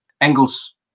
Engels